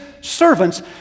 servants